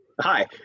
Hi